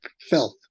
filth